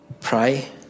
pray